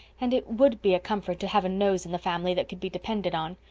and it would be a comfort to have a nose in the family that could be depended on.